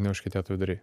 neužkietėtų viduriai